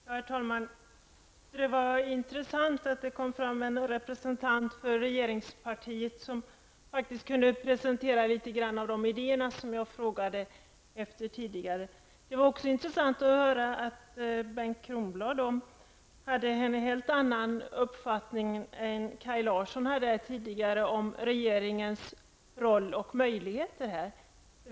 Herr talman! Det var intressant att en representant från regeringspartiet faktiskt kunde presentera litet grand av de idéer som jag frågade efter tidigare. Det var också intressant att höra att Bengt Kronblad hade en helt annan uppfattning än Kaj Larsson tidigare om regeringens roll och möjligheter.